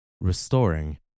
Restoring